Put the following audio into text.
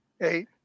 eight